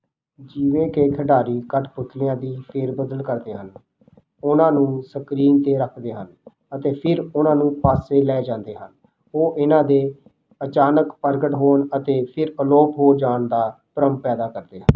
ਜਿਵੇਂ ਕਿ ਖਿਡਾਰੀ ਕਠਪੁਤਲੀਆਂ ਦੀ ਫੇਰ ਬਦਲ ਕਰਦੇ ਹਨ ਉਹਨਾਂ ਨੂੰ ਸਕ੍ਰੀਨ 'ਤੇ ਰੱਖਦੇ ਹਨ ਅਤੇ ਫਿਰ ਉਹਨਾਂ ਨੂੰ ਪਾਸੇ ਲੈ ਜਾਂਦੇ ਹਨ ਉਹ ਇਨ੍ਹਾਂ ਦੇ ਅਚਾਨਕ ਪ੍ਰਗਟ ਹੋਣ ਅਤੇ ਫਿਰ ਅਲੋਪ ਹੋ ਜਾਣ ਦਾ ਭਰਮ ਪੈਦਾ ਕਰਦੇ ਹਨ